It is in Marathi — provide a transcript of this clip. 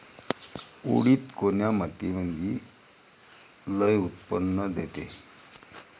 उडीद कोन्या मातीमंदी लई उत्पन्न देते?